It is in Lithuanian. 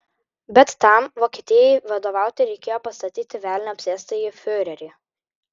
bet tam vokietijai vadovauti reikėjo pastatyti velnio apsėstąjį fiurerį